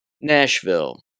Nashville